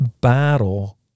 battle